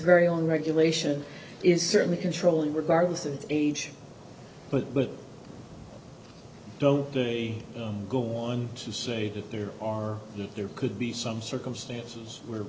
very own regulation is certainly controlling regardless of age but but don't go on to say that there are there could be some circumstances where